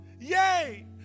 yay